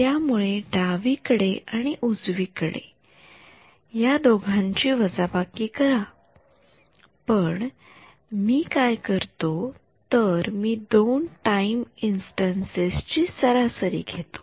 त्यामुळे डावी कडे आणि उजवी कडे या दोघांची वजाबाकी करा पण मी काय करतो तर मी दोन टाइम इंस्टन्सेस ची सरासरी घेतो